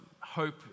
hope